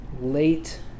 late